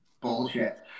bullshit